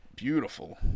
Beautiful